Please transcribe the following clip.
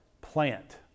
plant